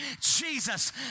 Jesus